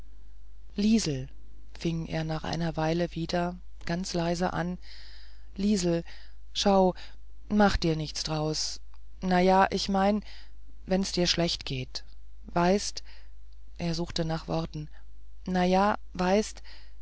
liesel fing er nach einer weile wieder ganz leise an liesel schau mach dir nichts draus na ja ich mein wenn's dir schlecht geht weißt d er suchte nach worten na ja weißt